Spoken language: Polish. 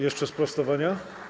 Jeszcze sprostowania.